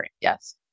Yes